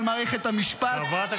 קריאה: אבל אנחנו לא רוצים.